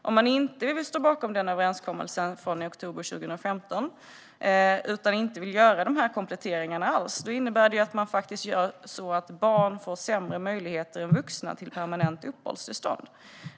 Om man inte vill stå bakom överenskommelsen från oktober 2015 och inte vill göra de här kompletteringarna innebär det att man gör så att barn får sämre möjligheter än vuxna till permanent uppehållstillstånd.